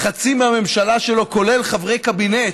חצי מהממשלה שלו, כולל חברי קבינט,